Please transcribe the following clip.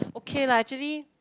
okay lah actually